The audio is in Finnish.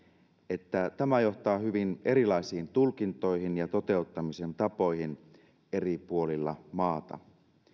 että tämä johtaa hyvin erilaisiin tulkintoihin ja toteuttamisen tapoihin eri puolilla maata